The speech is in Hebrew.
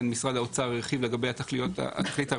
כאן משרד האוצר הרחיב לגבי התכלית הראויה.